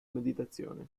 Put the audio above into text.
meditazione